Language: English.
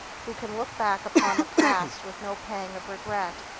who can look back upon the past with no pang of regret,